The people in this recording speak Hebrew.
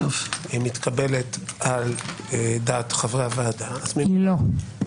מתקבלת על דעת חברי הוועדה --- היא לא.